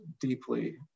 deeply